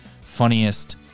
funniest